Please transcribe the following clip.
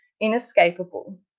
inescapable